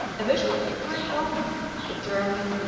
a vision of the great roman determined,